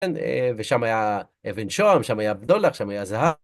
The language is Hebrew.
כן, ושם היה אבן שוהם, שם היה בדולח, שם היה זהב.